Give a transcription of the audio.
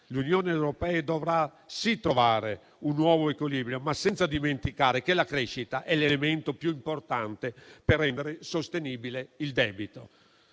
L'Unione europea dovrà trovare un nuovo equilibrio, senza dimenticare però che la crescita è l'elemento più importante per rendere sostenibile il debito.